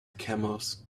camels